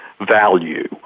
value